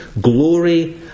glory